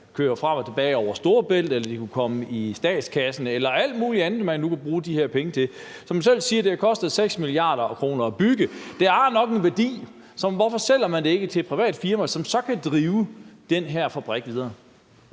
køre frem og tilbage over Storebælt, eller de kunne komme i statskassen eller alt muligt andet, man nu kunne bruge dem til? Som man selv siger, har det kostet 6 mia. kr. at bygge, så det har nok en værdi. Så hvorfor sælger man det ikke til et privat firma, som så kan drive den her fabrik videre?